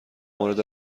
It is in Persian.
مورد